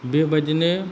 बेबायदिनो